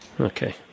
Okay